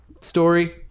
story